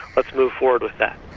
let's move forward with that.